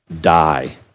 die